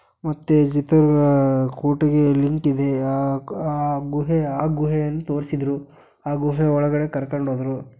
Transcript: ಮತ್ತು ಚಿತ್ರದುರ್ಗ ಕೋಟೆಗೆ ಲಿಂಕಿದೆ ಆ ಕ್ ಆ ಗುಹೆ ಆ ಗುಹೆಯನ್ನು ತೋರಿಸಿದ್ರು ಆ ಗುಹೆ ಒಳಗಡೆ ಕರ್ಕಂಡು ಹೋದರು